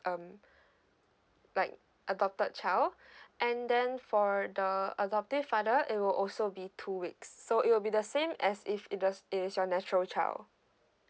um like adopted child and then for the adoptive father it will also be two weeks so it will be the same as if it is your natural child